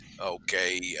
okay